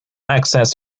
access